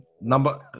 Number